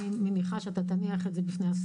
אני יכולה להגיד לך שמבחינת ההסתדרות